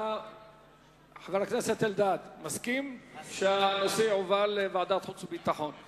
חבר הכנסת אלדד מסכים שהנושא יועבר לוועדת החוץ והביטחון?